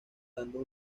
dando